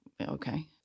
Okay